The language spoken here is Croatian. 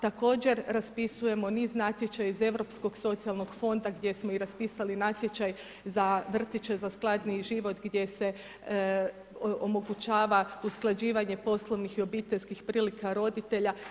Također raspisujemo niz natječaja iz Europskog socijalnog fonda gdje smo i raspisali natječaj za vrtiće, za skladniji život gdje se omogućava usklađivanje poslovnih i obiteljskih prilika roditelja.